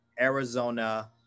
Arizona